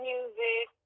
Music